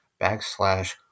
backslash